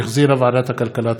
שהחזירה ועדת הכלכלה.